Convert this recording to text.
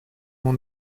mon